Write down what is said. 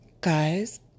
guys